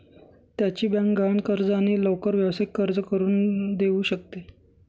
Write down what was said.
त्याची बँक गहाण कर्ज आणि लवकर व्यावसायिक कर्ज करून देऊ शकते